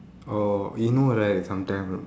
orh you know right sometime